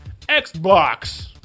Xbox